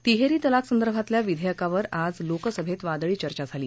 तिहेरी तलाकसंदर्भातल्या विधेयकावर आज लोकसभेत वादळी चर्चा झाली